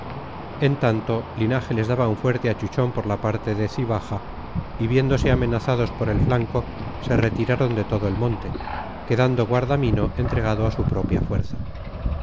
en tanto linaje les daba un fuerte achuchón por la parte de cibaja y viéndose amenazados por el flanco se retiraron de todo el monte quedando guardamino entregado a su propia fuerza